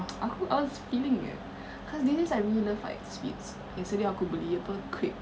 aku I was feeling it cause these days I really love like sweets yesterday aku beli apa crepe